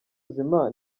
buzima